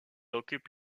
occupe